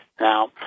Now